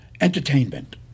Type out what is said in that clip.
entertainment